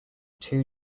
two